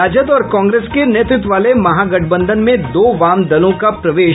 राजद और कांग्रेस के नेतृत्व वाले महागठबंधन में दो वाम दलों का प्रवेश